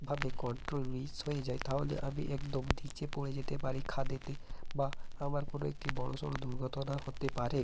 ভাবে control miss হয়ে যায় তাহলে আমি একদম ধিচে পড়ে যেতে পারি খাদেতে বা আমার কোনো একটি বড়সড় দুর্ঘটনা হতে পারে